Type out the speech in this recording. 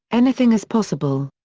anything is possible.